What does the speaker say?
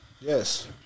Yes